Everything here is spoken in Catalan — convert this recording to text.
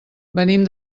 venim